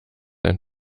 ein